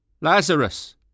Lazarus